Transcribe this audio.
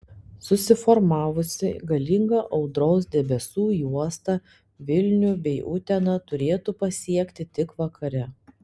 susiformavusi galinga audros debesų juosta vilnių bei uteną turėtų pasiekti tik vakare